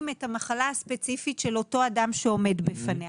את המחלה הספציפית של אותו אדם שעומד בפניה,